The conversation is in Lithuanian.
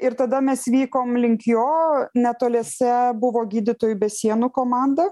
ir tada mes vykom link jo netoliese buvo gydytojų be sienų komanda